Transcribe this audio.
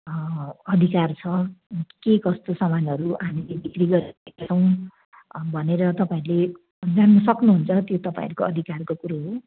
अधिकार छ के कस्तो सामानहरू हामीले बिक्री गरिरहेका छौँ भनेर तपाईँहरूले जान्नु सक्नु हुन्छ त्यो तपाईँहरूको अधिकारको कुरो हो